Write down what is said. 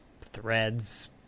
Threads